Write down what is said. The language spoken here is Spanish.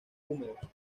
húmedos